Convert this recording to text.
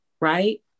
right